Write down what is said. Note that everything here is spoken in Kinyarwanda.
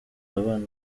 abana